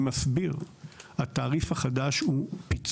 כי כל אחד מסביר התיקון הוא לא